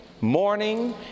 morning